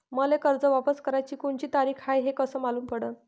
मले कर्ज वापस कराची कोनची तारीख हाय हे कस मालूम पडनं?